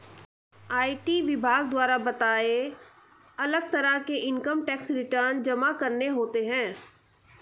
IT विभाग द्वारा बताए, अलग तरह के इन्कम टैक्स रिटर्न जमा करने होते है